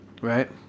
right